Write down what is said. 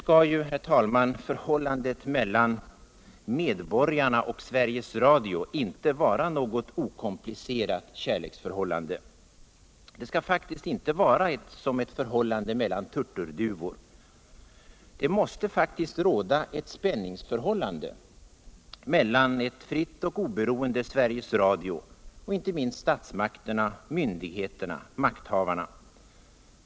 Förhållandet mellan medborgarna och Sveriges Radio skall, herr talman, inte vara något okomplicerat kärleksförhållande. Det skall faktiskt inte vara som ett förhållande mellan turturduvor. Det måste råda eu spänningsförhållande mellan eu fritt och oberoende Sveriges Radio och statsmakterna. myndigheterna och makthavarna.